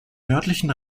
nördlichen